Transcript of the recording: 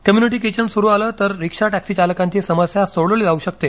community kitchen सुरु झाले तर रिक्षा टक्सी चालकांची समस्या सोडवली जाऊ शकते